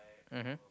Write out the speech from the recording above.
mmhmm